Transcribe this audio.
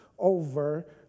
over